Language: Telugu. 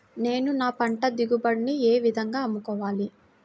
నేను నా పంట దిగుబడిని ఏ విధంగా అమ్ముకోవాలి?